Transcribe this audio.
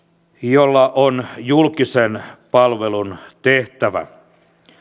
jolla on julkisen palvelun tehtävä